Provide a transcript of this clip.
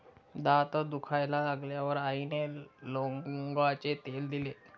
दात दुखायला लागल्यावर आईने लवंगाचे तेल दिले